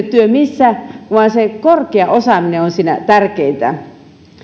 työ missä vaan se korkea osaaminen on siinä tärkeintä